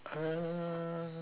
uh